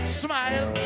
smile